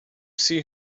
see